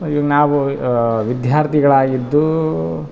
so ಇವಾಗ್ ನಾವು ವಿದ್ಯಾರ್ಥಿಗಳಾಗಿದ್ದು